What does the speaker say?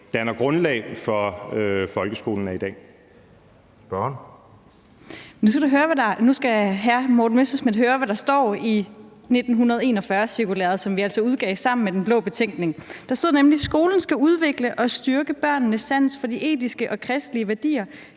Spørgeren. Kl. 20:15 Lotte Rod (RV): Nu skal hr. Morten Messerschmidt høre, hvad der står i 1941-cirkulæret, som vi altså udgav sammen med Den Blå Betænkning. Der står nemlig: Skolen skal udvikle og styrke børnenes sans for de etiske og kristelige værdier,